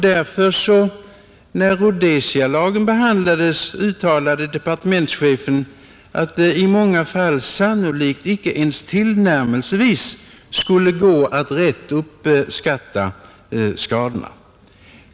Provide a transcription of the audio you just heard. När Rhodesialagen behandlades uttalade därför departementschefen att det i många fall sannolikt icke ens tillnärmelsevis skulle gå att rätt uppskatta skadorna.